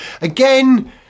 again